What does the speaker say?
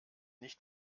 nicht